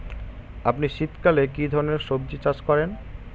আপনি শীতকালে কী ধরনের সবজী চাষ করেন?